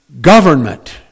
government